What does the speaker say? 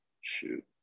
Shoot